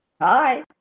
Hi